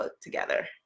together